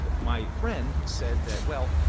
yeah my friend said that, well,